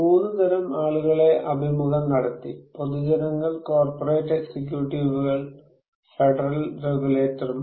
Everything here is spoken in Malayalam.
മൂന്ന് തരം ആളുകളെ അഭിമുഖം നടത്തി പൊതുജനങ്ങൾ കോർപ്പറേറ്റ് എക്സിക്യൂട്ടീവുകൾ ഫെഡറൽ റെഗുലേറ്റർമാർ